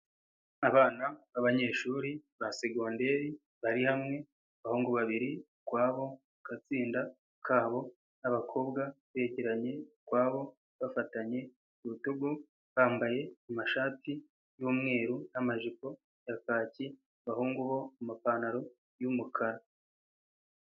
Abana b'abanyeshuri ba secondaire bari hamwe, abahungu babiri ukwabo agatsinda kabo, n'abakobwa begeranye ukwabo, bafatanye ku rutugu, bambaye amashati y'umweru n'amajipo ya kaki, abahungu bo mu mapantaro y'umukara.